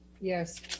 Yes